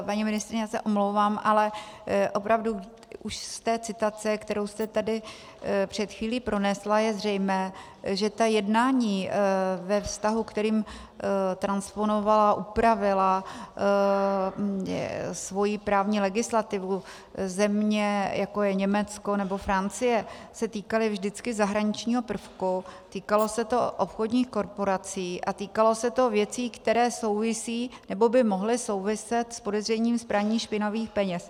Paní ministryně, já se omlouvám, ale opravdu už z té citace, kterou jste tady před chvílí pronesla, je zřejmé, že ta jednání ve vztahu, kterým transponovaly a upravily svoji právní legislativu země, jako je Německo nebo Francie, se týkala vždycky zahraničního prvku, týkalo se to obchodních korporací a týkalo se to věcí, které souvisejí nebo by mohly souviset s podezřením z praní špinavých peněz.